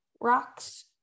rocks